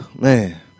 man